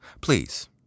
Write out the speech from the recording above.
Please